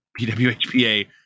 PWHPA